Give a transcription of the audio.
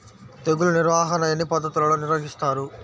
తెగులు నిర్వాహణ ఎన్ని పద్ధతులలో నిర్వహిస్తారు?